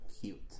cute